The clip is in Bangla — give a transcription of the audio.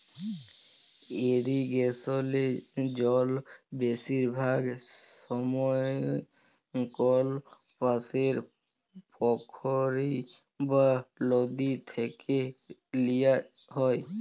ইরিগেসলে জল বেশিরভাগ সময়ই কল পাশের পখ্ইর বা লদী থ্যাইকে লিয়া হ্যয়